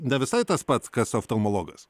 ne visai tas pats kas oftalmologas